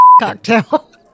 cocktail